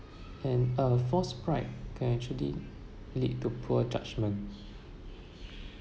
and uh false pride can actually lead to poor judgment